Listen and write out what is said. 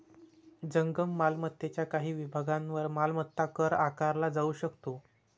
जंगम मालमत्तेच्या काही विभागांवर मालमत्ता कर आकारला जाऊ शकतो